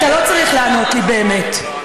אתה לא צריך לענות לי, באמת.